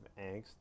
angst